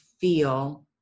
feel